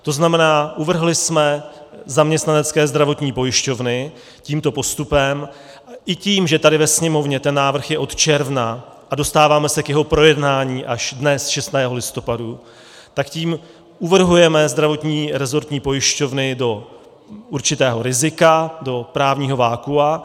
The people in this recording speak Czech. To znamená, uvrhli jsme zaměstnanecké zdravotní pojišťovny tímto postupem i tím, že tady ve Sněmovně ten návrh je od června a dostáváme se k jeho projednání až dnes, 6. listopadu, tak tím uvrhujeme zdravotní rezortní pojišťovny do určitého rizika, do právního vakua.